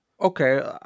Okay